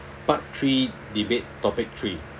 part three debate topic three